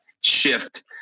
shift